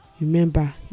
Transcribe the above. remember